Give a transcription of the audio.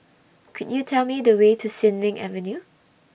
Could YOU Tell Me The Way to Sin Ming Avenue